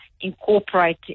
incorporate